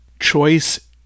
Choice